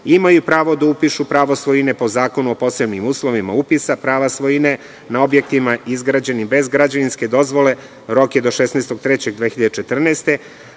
imaju pravo da upišu pravo svojine po Zakonu o posebnim uslovima prava svojine na objektima izgrađenim bez građevinske dozvole, rok je do 16.